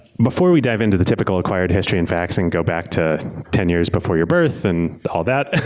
before we dive into the typical acquired history and facts, and go back to ten years before your birth and all that,